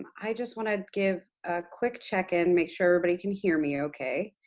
i just want to give a quick check-in, make sure everybody can hear me ok.